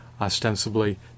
ostensibly